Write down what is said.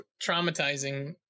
traumatizing